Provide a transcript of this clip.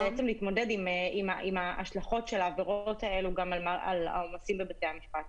ולהתמודד עם ההשלכות של העבירות האלו גם על העומסים בבתי המשפט.